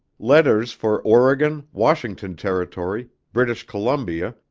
letters for oregon, washington territory, british columbia,